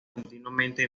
continuamente